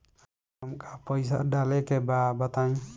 हमका पइसा डाले के बा बताई